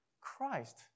Christ